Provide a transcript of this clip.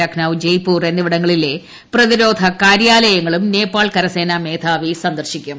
ലക്നൌ ജയ്പൂർ എന്നിവിടങ്ങളിലെ പ്രതിരോധ കാര്യാലയങ്ങളും നേപ്പാൾ കരസേനാ മേധാവി സന്ദർശിക്കും